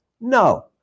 no